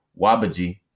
Wabaji